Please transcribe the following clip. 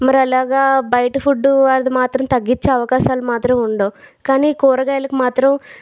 మరి అలాగ బయట ఫుడ్ అది మాత్రం తగ్గిచ్చే అవకాశాలు మాత్రం ఉండవు కానీ కూరగాయలకు మాత్రం